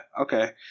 okay